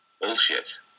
Bullshit